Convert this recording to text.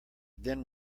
then